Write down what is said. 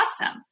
Awesome